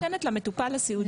הקצבה ניתנת למטופל הסיעודי.